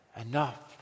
Enough